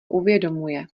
uvědomuje